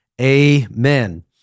Amen